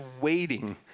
waiting